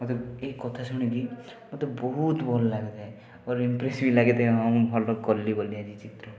ମୋତେ ଏ କଥା ଶୁଣିକି ମୋତେ ବହୁତ ଭଲ ଲାଗିଥାଏ ମୋତେ ଇମ୍ପ୍ରେସ୍ ବି ଲାଗିଥାଏ ମୁଁ ଆଜି ଭଲ କଲି ବୋଲି ଆଜି ଚିତ୍ର